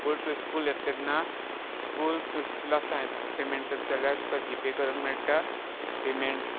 school to school येता तेन्ना school to स्कुला सा पेमेंट करता जाल्यार तुका जीपे करूंक मेळटा पेमेंट